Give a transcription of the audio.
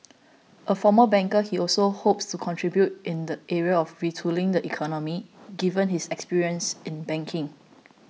a former banker he also hopes to contribute in the area of retooling the economy given his experience in banking